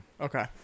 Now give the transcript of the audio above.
Okay